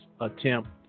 attempt